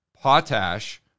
potash